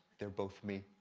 they're both me.